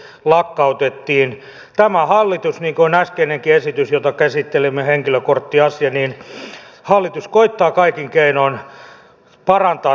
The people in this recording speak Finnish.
tämä hallitus niin kuin kertoo äskeinenkin esitys jota käsittelimme henkilökorttiasia koettaa kaikin keinoin parantaa